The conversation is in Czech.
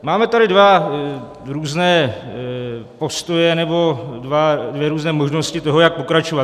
Máme tady dva různé postoje nebo dvě různé možnosti toho, jak pokračovat.